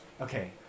okay